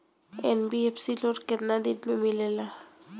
NBFC loan केतना दिन मे मिलेला?